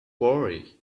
worry